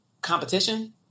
competition